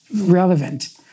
relevant